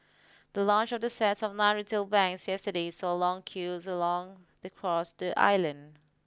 the launch of the sets of nine retail banks yesterday saw long queues along across the island